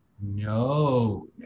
no